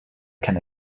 can